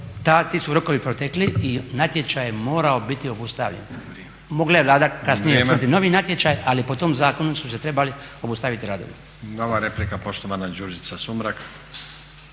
ti su rokovi protekli i natječaj je morao bit obustavljen. Mogla je Vlada kasnije utvrditi novi natječaj ali po tome zakonu su se trebali obustaviti radovi. **Stazić, Nenad (SDP)** Nova replika poštovana Đurđica Sumrak.